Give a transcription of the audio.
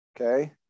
Okay